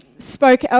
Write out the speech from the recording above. spoke